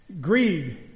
greed